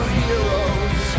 heroes